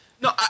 No